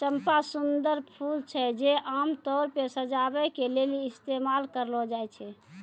चंपा सुंदर फूल छै जे आमतौरो पे सजाबै के लेली इस्तेमाल करलो जाय छै